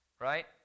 right